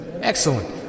Excellent